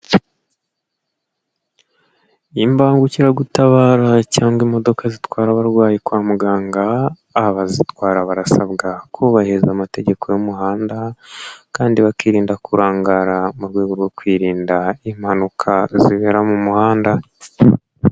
Imbangukiragutabara cyangwa se imodoka zitwara abarwayi kwa muganga abazitwara barasabwa kubahiriza amategeko y'umuhanda kandi bakirinda kurangara mu rwego rwo kwirinda impanuka zibera mu muhanda.